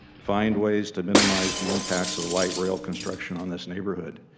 find ways to minimize the impacts of light rail construction on this neighborhood,